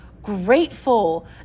grateful